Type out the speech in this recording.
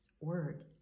word